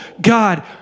God